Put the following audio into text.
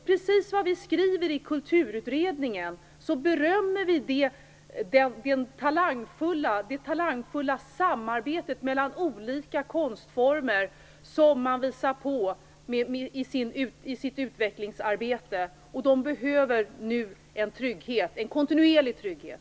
Precis som Kulturutredningen skriver, berömmer Miljöpartiet det talangfulla samarbetet mellan olika konstformer som teatern har visat i utvecklingsarbetet. Nu behöver den en kontinuerlig trygghet.